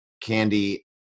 candy